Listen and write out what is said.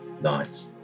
Nice